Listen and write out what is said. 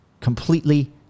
completely